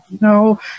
No